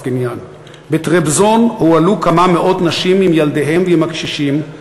ווסגניאן: "בטרבזון הועלו כמה מאות נשים עם ילדיהן ועם הקשישים,